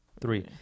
three